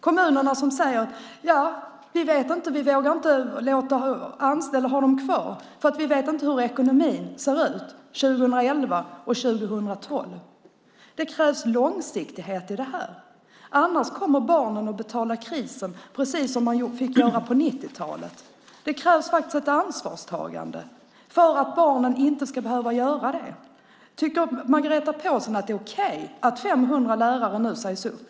Kommunerna säger att de inte vågar ha de anställda kvar eftersom man inte vet hur ekonomin ser ut 2011 och 2012. Det krävs långsiktighet i det här. Annars kommer barnen att få betala krisen, precis som de fick göra på 90-talet. Det krävs faktiskt ett ansvarstagande för att barnen inte ska behöva göra det. Tycker Margareta Pålsson att det är okej att 500 lärare nu sägs upp?